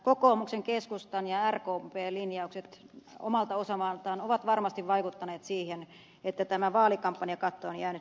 kokoomuksen keskustan ja rkpn linjaukset omalta osaltaan ovat varmasti vaikuttaneet siihen että vaalikampanjakatto on jäänyt pois